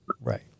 Right